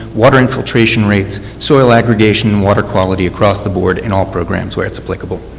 water infiltration rates, soil aggregation water quality across the board in all programs where it is applicable.